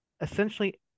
essentially